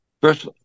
first